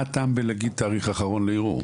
מה הטעם בלהגיד תאריך אחרון לערעור?